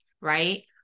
right